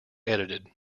edited